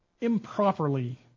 improperly